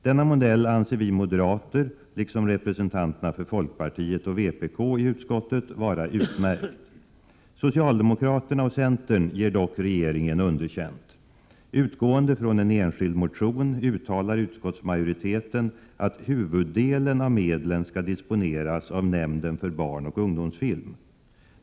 Denna modell anser vi moderater, liksom representanterna för folkpartiet och vpk i utskottet, vara utmärkt. Socialdemokraterna och centern ger dock regeringen underkänt. Utgående från en enskild motion uttalar utskottsmajoriteten att huvuddelen av medlen skall disponeras av nämnden för barnoch ungdomsfilm.